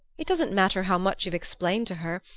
it doesn't matter how much you've explained to her.